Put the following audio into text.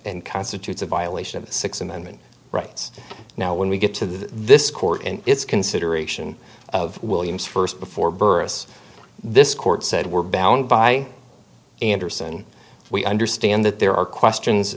and constitutes a violation of the sixth amendment rights now when we get to this court and it's consideration of williams first before burress this court said we're bound by andersen we understand that there are questions